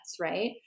right